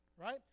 Right